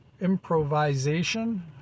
improvisation